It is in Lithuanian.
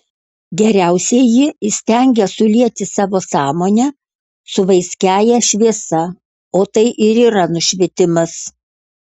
geriausieji įstengia sulieti savo sąmonę su vaiskiąja šviesa o tai ir yra nušvitimas